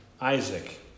Isaac